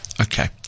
Okay